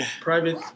Private